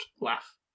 laugh